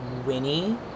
Winnie